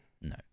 no